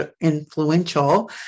influential